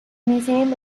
museum